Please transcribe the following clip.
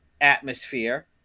atmosphere